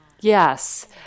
yes